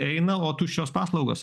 eina o tuščios paslaugos